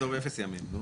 לכתוב אפס ימים.